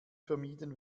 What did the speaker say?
vermieden